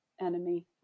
enemy